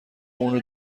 اونو